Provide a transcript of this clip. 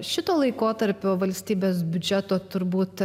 šito laikotarpio valstybės biudžeto turbūt